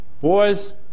Boys